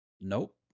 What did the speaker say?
nope